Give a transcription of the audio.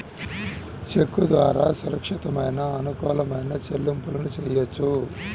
చెక్కు ద్వారా సురక్షితమైన, అనుకూలమైన చెల్లింపులను చెయ్యొచ్చు